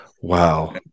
Wow